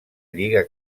lliga